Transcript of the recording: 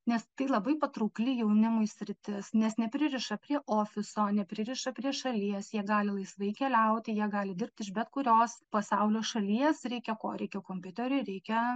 nes tai labai patraukli jaunimui sritis nes nepririša prie ofiso nepririša prie šalies jie gali laisvai keliauti jie gali dirbti iš bet kurios pasaulio šalies reikia ko reikia kompiuterio reikia